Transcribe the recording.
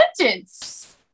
sentence